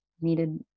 needed